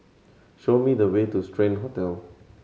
show me the way to Strand Hotel